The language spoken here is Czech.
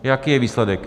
Jaký je výsledek?